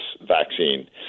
vaccine